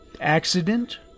Accident